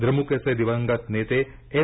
द्रमुकचे दिवंगत नेते एम